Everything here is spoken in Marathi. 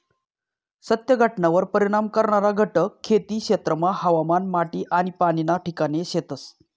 सत्य घटनावर परिणाम करणारा घटक खेती क्षेत्रमा हवामान, माटी आनी पाणी ना ठिकाणे शेतस